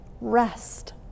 rest